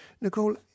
Nicole